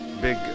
Big